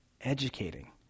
educating